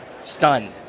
stunned